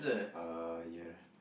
uh ya